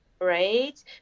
right